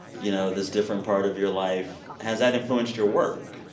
you know this different part of your life, has that influenced your work?